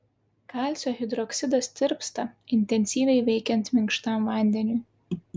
kalcio hidroksidas tirpsta intensyviai veikiant minkštam vandeniui